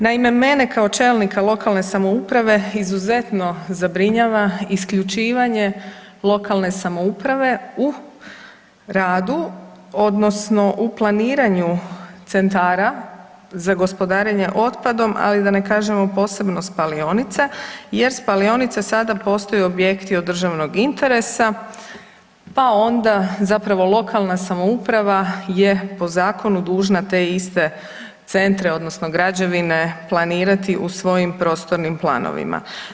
Naime, mene kao čelnika lokalne samouprave izuzetno zabrinjava isključivanje lokalne samouprave u radu odnosno u planiranju centara za gospodarenje otpadom, ali da ne kažemo posebno spalionice jer spalionice sada postaju objekti od državnog interesa pa onda zapravo lokalna samouprava je po zakonu dužna te iste centre odnosno građevine planirati u svojim prostornim planovima.